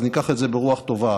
אז ניקח את זה ברוח טובה.